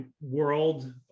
world